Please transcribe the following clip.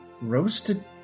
roasted